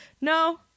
no